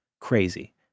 crazy